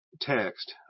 text